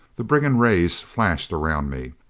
the brigand rays flashed around me.